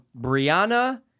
Brianna